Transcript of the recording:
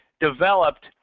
developed